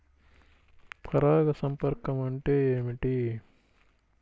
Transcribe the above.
పరాగ సంపర్కం అంటే ఏమిటి?